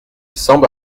semble